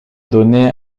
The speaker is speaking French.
donné